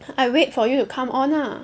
I wait for you to come on lah